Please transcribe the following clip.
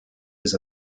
was